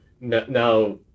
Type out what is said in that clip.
now